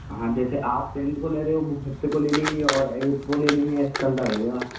हाँ जैसे आप टेंथ को ले रहे हो वो फिफ्थ को ले लेंगे और ऐट्थ को ले लेंगे ऐसे चलता रहेगा